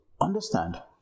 understand